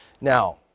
Now